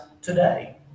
today